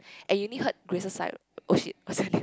and you only heard Grace's side oh shit what's your name